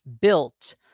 built